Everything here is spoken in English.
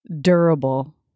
durable